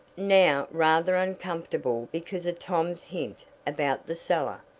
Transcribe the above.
now rather uncomfortable because of tom's hint about the cellar.